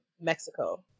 Mexico